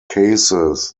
cases